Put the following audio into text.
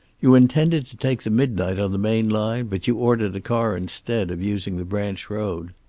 you intended to take the midnight on the main line, but you ordered a car instead of using the branch road.